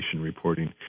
reporting